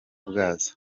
bwazo